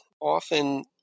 Often